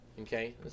Okay